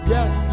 Yes